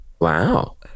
Wow